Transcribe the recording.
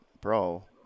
bro